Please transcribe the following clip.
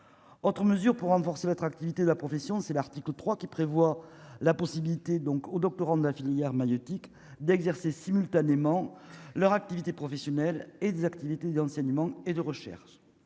autres mesures pour renforcer l'attractivité de la profession, c'est l'article 3 qui prévoit la possibilité donc aux doctorants, de la filière maïeutique d'exercer simultanément leur activité professionnelle et des activités d'enseignement et de recherche,